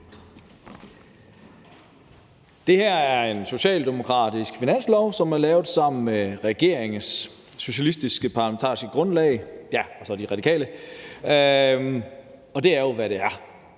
Det her er en socialdemokratisk finanslov, som er lavet sammen med regeringens socialistiske parlamentariske grundlag, ja, og så De Radikale, og det er jo, hvad det er.